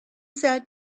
sat